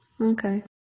okay